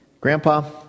Grandpa